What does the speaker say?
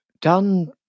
done